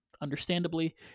understandably